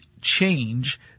change